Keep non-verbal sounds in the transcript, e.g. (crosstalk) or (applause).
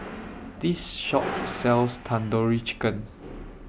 This Shop (noise) sells Tandoori Chicken